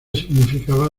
significaba